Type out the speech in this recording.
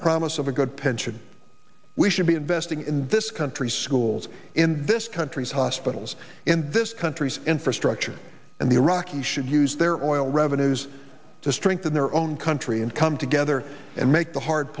promise of a good pension we should be investing in this country schools in this country's hospitals and this country's infrastructure and the iraqis should use their oil revenues to strengthen their own country and come together and make the hard